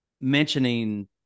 mentioning